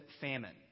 famine